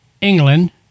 England